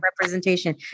representation